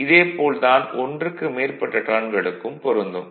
இதே போல் தான் ஒன்றுக்கு மேற்பட்ட டர்ன்களுக்கும் பொருந்தும்